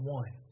one